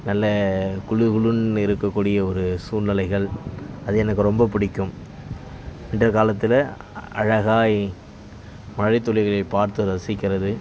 நல்ல குளு குளுன்னு இருக்க கூடிய ஒரு சூழ்நிலைகள் அது எனக்கு ரொம்ப பிடிக்கும் வின்டர் காலத்தில் அழகாய் மழைத்துளிகளைப் பார்த்து ரசிக்கிறது